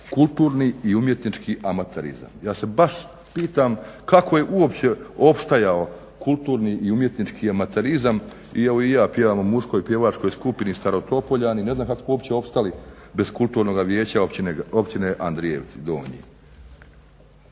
kulturni i umjetnički amaterizam. Ja se baš pitam kako je uopće opstajao kulturni i umjetnički amaterizam i evo i ja pjevam u muškoj pjevačkoj skupini Starotopoljani, ne znam kako smo uopće opstali bez kulturnoga vijeća Općine Andrijevci Donji.